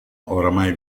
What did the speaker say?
ormai